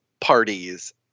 parties